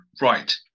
right